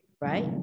right